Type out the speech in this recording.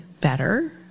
better